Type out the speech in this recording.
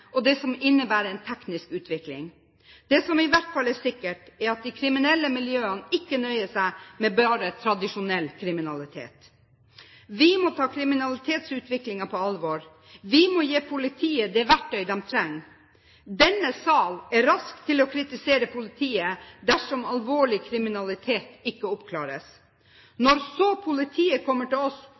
og det som innebærer en teknisk utvikling. Det som i hvert fall er sikkert, er at de kriminelle miljøene ikke nøyer seg med bare tradisjonell kriminalitet. Vi må ta kriminalitetsutviklingen på alvor, og vi må gi politiet det verktøyet de trenger. Denne sal er rask til å kritisere politiet dersom alvorlig kriminalitet ikke oppklares. Når så politiet kommer til oss